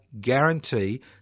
guarantee